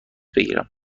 بگیرم